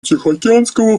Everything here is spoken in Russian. тихоокеанского